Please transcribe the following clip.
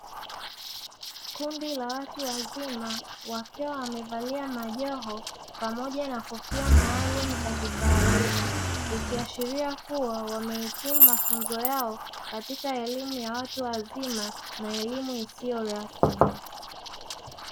Kundi la watu wazima wakiwa wamevalia majoho pamoja na kofia maalumu za kitaaluma, ikiashiria kuwa wamehitimu mafunzo yao katika elimu ya watu wazima na elimu isiyo rasmi.